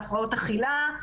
מדברים עליהם בהפרעות אכילה.